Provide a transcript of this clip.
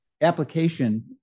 application